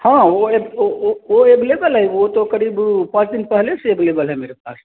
हाँ वो वो एवलेबल है वो तो क़रीब पाँच दिन पहले से एवलेबल है मेरे पास